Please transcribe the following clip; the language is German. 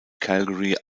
calgary